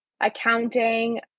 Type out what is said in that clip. accounting